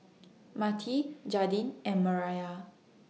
Matie Jaidyn and Mireya